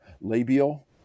labial